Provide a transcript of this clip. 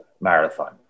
Marathon